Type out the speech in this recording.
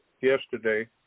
yesterday